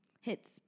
Hits